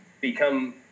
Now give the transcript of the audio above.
become